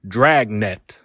Dragnet